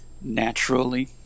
naturally